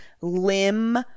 limb